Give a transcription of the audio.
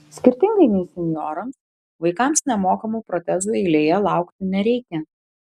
skirtingai nei senjorams vaikams nemokamų protezų eilėje laukti nereikia